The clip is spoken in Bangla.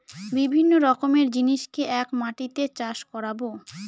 বিভিন্ন রকমের জিনিসকে এক মাটিতে চাষ করাবো